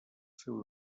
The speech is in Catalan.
seu